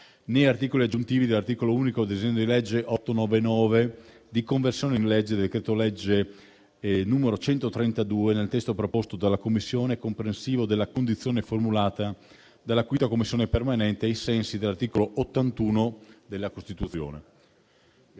né articoli aggiuntivi, dell’articolo unico del disegno di legge n. 899, di conversione in legge del decreto-legge 29 settembre 2023, n. 132, nel testo proposto dalla Commissione, comprensivo della condizione formulata dalla 5[a ] Commissione permanente, ai sensi dell’articolo 81 della Costituzione.